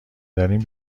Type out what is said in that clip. دارین